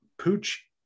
Pooch